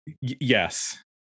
Yes